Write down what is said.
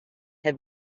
have